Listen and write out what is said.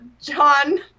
John